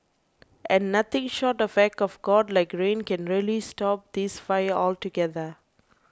and nothing short of act of God like rain can really stop this fire altogether